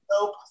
nope